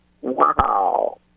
Wow